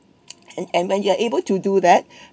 and and when you are able to do that